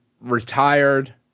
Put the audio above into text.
retired